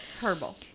Herbal